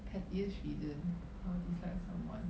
pettiest reason how dislike someone